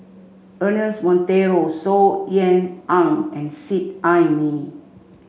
Ernest Monteiro Saw Ean Ang and Seet Ai Mee